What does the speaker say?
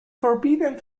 forbidden